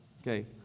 Okay